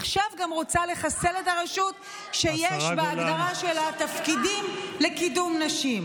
עכשיו גם רוצה לחסל את הרשות שיש בהגדרה שלה תפקידים לקידום נשים.